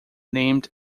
named